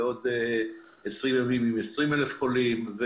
ובעוד 20 ימים עם 20,000 חולים,